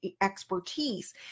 expertise